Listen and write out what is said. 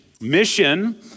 Mission